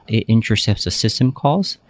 it intercepts a system calls.